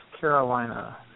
Carolina